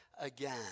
again